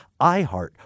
iHeart